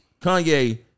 Kanye